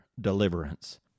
deliverance